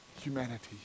humanity